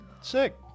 Sick